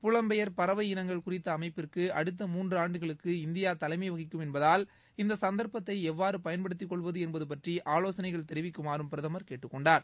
புலம்பெயர் பறவை இனங்கள் குறித்த அமைப்பிற்கு அடுத்த மூன்று ஆன்டுகளுக்கு இந்தியா தலைமை வகிக்கும் என்பதால் இந்த சந்தா்ப்பத்தை எவ்வாறு பயன்படுத்தி கொள்வது என்பது பற்றி ஆலோகனைகள் தெரிவிக்குமாறும் பிரதமர் கேட்டுக் கொண்டார்